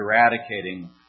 eradicating